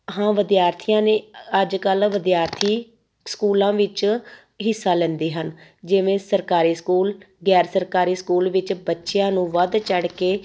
ਹਾਂ ਵਿਦਿਆਰਥੀਆਂ ਨੇ ਅੱਜ ਕੱਲ੍ਹ ਵਿਦਿਆਰਥੀ ਸਕੂਲਾਂ ਵਿੱਚ ਹਿੱਸਾ ਲੈਂਦੇ ਹਨ ਜਿਵੇਂ ਸਰਕਾਰੀ ਸਕੂਲ ਗੈਰ ਸਰਕਾਰੀ ਸਕੂਲ ਵਿੱਚ ਬੱਚਿਆਂ ਨੂੰ ਵੱਧ ਚੜ੍ਹ ਕੇ